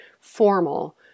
formal